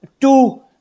Two